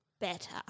better